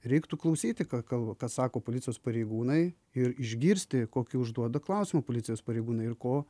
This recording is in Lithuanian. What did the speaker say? reiktų klausyti ką kalba ką sako policijos pareigūnai ir išgirsti kokį užduoda klausimą policijos pareigūnai ir ko